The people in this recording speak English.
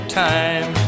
time